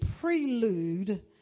prelude